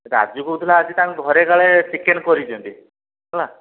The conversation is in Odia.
ରାଜୁ କହୁଥିଲା ଆଜି ତାଙ୍କ ଘରେ କାଳେ ଚିକେନ୍ କରିଛନ୍ତି ହେଲା